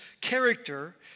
character